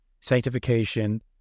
sanctification